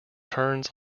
turns